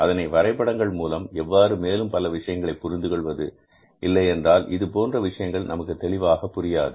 அதனை வரைபடங்கள் மூலம் எவ்வாறு மேலும் பல விஷயங்களை புரிந்து கொள்வது இல்லையென்றால் இதுபோன்ற விஷயங்கள் நமக்கு தெளிவாக புரியாது